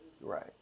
Right